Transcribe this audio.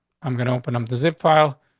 i'm gonna open up the zip file.